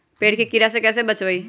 पेड़ के कीड़ा से कैसे बचबई?